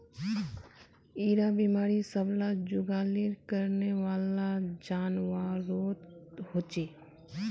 इरा बिमारी सब ला जुगाली करनेवाला जान्वारोत होचे